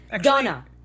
Donna